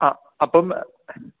ആ അപ്പം